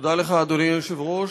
תודה לך, אדוני היושב-ראש.